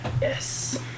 yes